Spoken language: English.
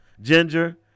Ginger